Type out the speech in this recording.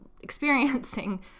experiencing